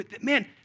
Man